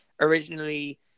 originally